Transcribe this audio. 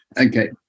Okay